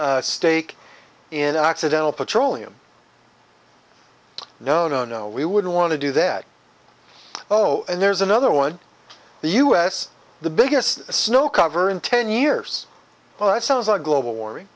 stake in occidental petroleum no no no we wouldn't want to do that oh and there's another one the us the biggest snow cover in ten years well that sounds like global warming